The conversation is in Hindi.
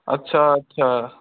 अच्छा अच्छा